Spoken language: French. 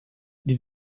des